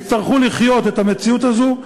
יצטרכו לחיות את המציאות הזאת,